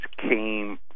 came